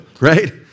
right